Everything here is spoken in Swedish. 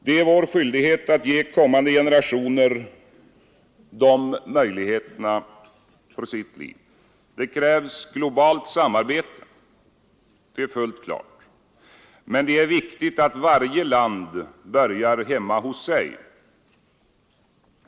Det är vår skyldighet att ge kommande generationer möjligheter för sitt liv. Det krävs globalt samarbete — det är fullt klart. Men det är viktigt att varje land börjar hemma hos sig.